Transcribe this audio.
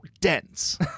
dense